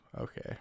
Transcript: okay